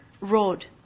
road